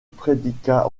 prédicat